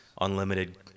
unlimited